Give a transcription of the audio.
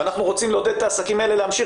ואנחנו רוצים לעודד את העסקים האלה להמשיך